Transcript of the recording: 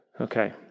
Okay